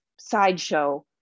Sideshow